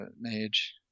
mage